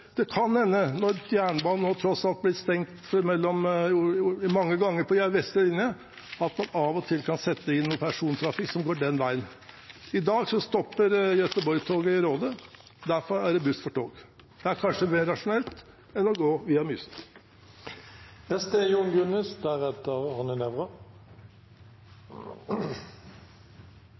man av og til kan sette inn noe persontrafikk som går den veien. I dag stopper Göteborg-toget i Råde. Derfra er det buss for tog. Det er kanskje mer rasjonelt enn å gå via